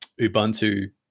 Ubuntu